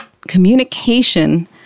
communication